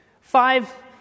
Five